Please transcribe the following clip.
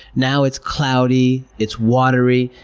now it's cloudy, it's watery.